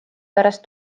pärast